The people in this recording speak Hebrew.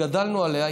שגדלנו עליה,